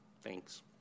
Thanks